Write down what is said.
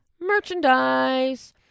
merchandise